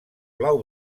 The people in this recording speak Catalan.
blau